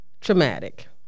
traumatic